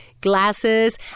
glasses